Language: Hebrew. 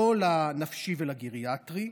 לא לנפשי ולגריאטרי,